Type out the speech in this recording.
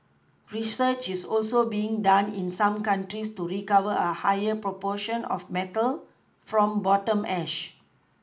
research is also being done in some countries to recover a higher proportion of metal from bottom ash